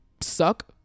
suck